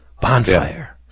bonfire